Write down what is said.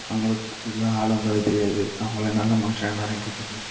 அவங்களுக்கு புதுசாக ஆளு வந்தால் தெரியாது அவங்களுக்கு நல்ல மனுஷன் என்னான்னு எப்படி தெரியும்